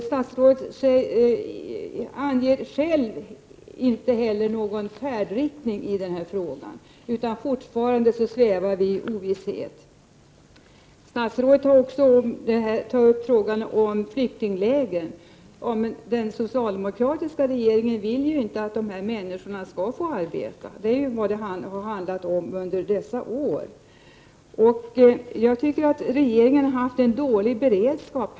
Statsrådet anger inte heller själv någon färdriktning i frågan, så vi svävar fortfarande i ovisshet. Statsrådet tar också upp frågan om flyktingläger. Men den socialdemokratiska regeringen vill inte att dessa människor skall få arbeta. Det är vad det har handlat om under dessa år. Regeringen har här haft en dålig beredskap.